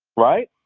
right?